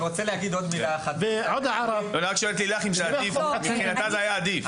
אני רק שואל את לילך אם מבחינה זה היה עדיף?